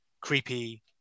creepy